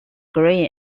green